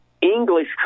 English